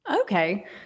Okay